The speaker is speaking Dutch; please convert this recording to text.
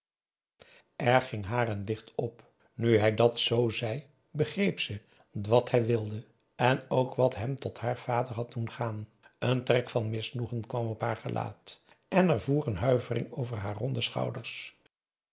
ging haar n licht op nu hij dat z zei begreep ze wat hij wilde en ook wat hem tot haar vader had doen gaan een trek van misnoegen kwam op haar gelaat en er voer een huivering over haar ronde schouders